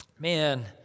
Man